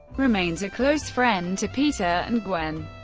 remains a close friend to peter and gwen.